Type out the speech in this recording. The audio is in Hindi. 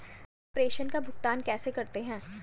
आप प्रेषण का भुगतान कैसे करते हैं?